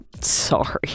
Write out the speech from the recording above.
Sorry